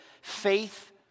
faith